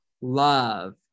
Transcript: love